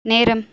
நேரம்